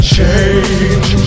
Change